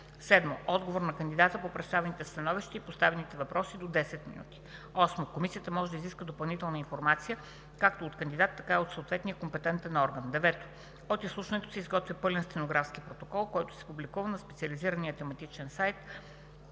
7. Отговор на кандидата по представените становища и поставените въпроси – до 10 минути. 8. Комисията може да изисква допълнителна информация както от кандидата, така и от съответния компетентен орган. 9. От изслушването се изготвя пълен стенографски протокол, който се публикува на специализирания тематичен сайт